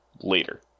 later